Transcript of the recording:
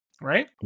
right